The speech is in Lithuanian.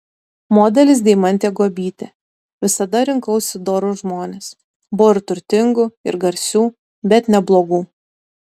modelis deimantė guobytė visada rinkausi dorus žmones buvo ir turtingų ir garsių bet ne blogų